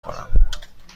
کنم